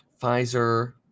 Pfizer